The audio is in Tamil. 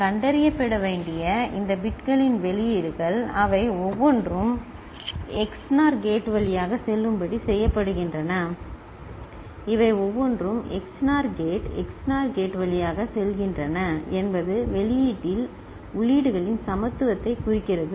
கண்டறியப்பட வேண்டிய இந்த பிட்களின் வெளியீடுகள் அவை ஒவ்வொன்றும் எக்ஸ்என்ஓஆர் கேட் வழியாக செல்லும்படி செய்யப்படுகின்றன இவை ஒவ்வொன்றும் எக்ஸ்என்ஓஆர் கேட் எக்ஸ்என்ஓஆர் கேட் வழியாக செல்கின்றன என்பது வெளியீட்டில் உள்ளீடுகளின் சமத்துவத்தைக் குறிக்கிறது